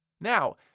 Now